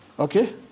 Okay